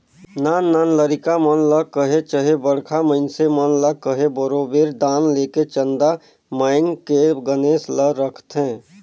नान नान लरिका मन ल कहे चहे बड़खा मइनसे मन ल कहे बरोबेर दान लेके चंदा मांएग के गनेस ल रखथें